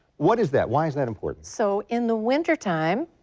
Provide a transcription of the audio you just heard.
what is that why is that important so in the wintertime.